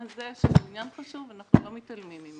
שהוא עניין חשוב ואנחנו לא מתעלמים ממנו.